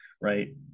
right